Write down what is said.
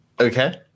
Okay